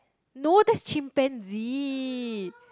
no that's chimpanzee